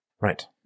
Right